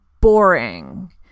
Boring